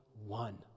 one